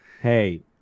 Hey